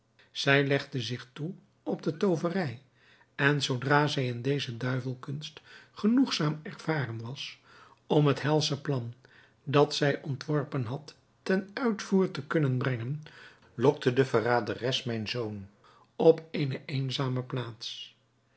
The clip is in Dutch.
zij legde zich toe op de tooverij en zoodra zij in deze duivelkunst genoegzaam ervaren was om het helsche plan dat zij ontworpen had ten uitvoer te kunnen brengen lokte de verraderes mijn zoon op eene eenzame plaats